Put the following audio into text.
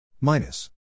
minus